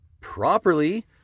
properly